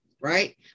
right